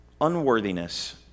unworthiness